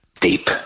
deep